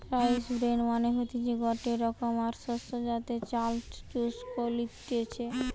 rice bran মানে হতিছে গটে রোকমকার শস্য যাতে চাল চুষ কলতিছে